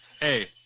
Hey